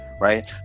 right